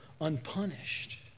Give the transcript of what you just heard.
unpunished